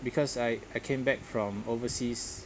because I I came back from overseas